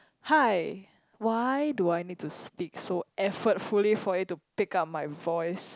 hi why do I need to speak so effortfully for it to pick up my voice